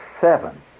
seven